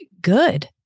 good